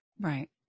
Right